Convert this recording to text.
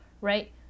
right